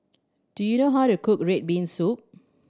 do you know how to cook red bean soup